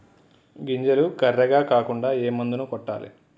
గింజలు కర్రెగ కాకుండా ఏ మందును కొట్టాలి?